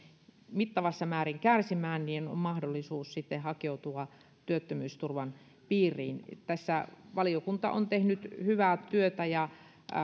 mittavassa määrin kärsimään niin on mahdollisuus sitten hakeutua työttömyysturvan piiriin valiokunta on tehnyt tässä hyvää työtä ja